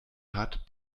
hat